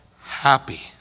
happy